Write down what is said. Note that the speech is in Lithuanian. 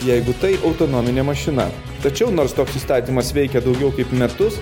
jeigu tai autonominė mašina tačiau nors toks įstatymas veikia daugiau kaip metus